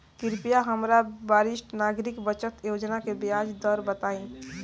कृपया हमरा वरिष्ठ नागरिक बचत योजना के ब्याज दर बताइं